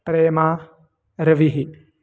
प्रेमा रविः